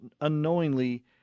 unknowingly